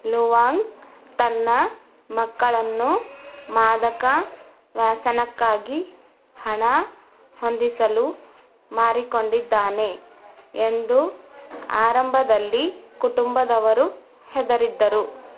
ಲುವಾಂಗ್ ತನ್ನ ಮಕ್ಕಳನ್ನು ಮಾದಕ ವ್ಯಸನಕ್ಕಾಗಿ ಹಣ ಹೊಂದಿಸಲು ಮಾರಿಕೊಂಡಿದ್ದಾನೆ ಎಂದು ಆರಂಭದಲ್ಲಿ ಕುಟುಂಬದವರು ಹೆದರಿದ್ದರು